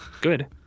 good